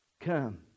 Come